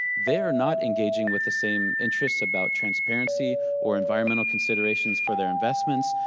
they are not engaging with the same interests about transparency or environmental considerations for their investments,